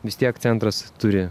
vis tiek centras turi